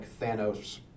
Thanos